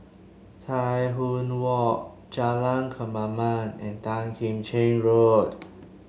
Tai Hwan Walk Jalan Kemaman and Tan Kim Cheng Road